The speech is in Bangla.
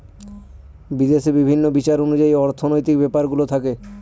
বিদেশে বিভিন্ন বিচার অনুযায়ী অর্থনৈতিক ব্যাপারগুলো থাকে